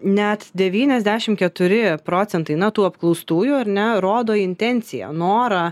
net devyniasdešim keturi procentai na tų apklaustųjų ar ne rodo intenciją norą